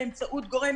באמצעות גורם